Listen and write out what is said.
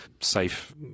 safe